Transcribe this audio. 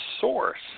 source